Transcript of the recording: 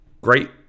Great